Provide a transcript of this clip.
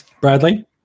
Bradley